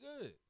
good